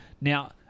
Now